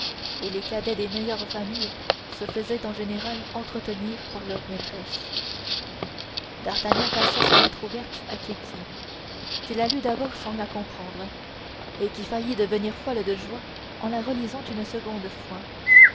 et les cadets des meilleures familles se faisaient en général entretenir par leurs maîtresses d'artagnan passa sa lettre tout ouverte à ketty qui la lut d'abord sans la comprendre et qui faillit devenir folle de joie en la relisant une seconde fois